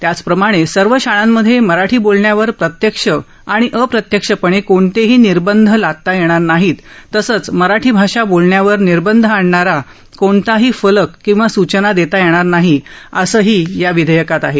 त्याचप्रमाणे सर्व शाळांमध्ये मराठी बोलण्यावर प्रत्यक्ष आणि अप्रत्यक्षपणे कोणतेही निर्बध लादता येणार नाहीत तसंच मराठी भाषा बोलण्यावर निर्बंध आणणारा कोणताही फलक किंवा सूचना देता येणार नाहीत असंही या विधेयकात आहे